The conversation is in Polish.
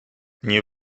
nie